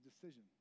decision